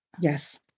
Yes